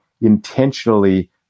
intentionally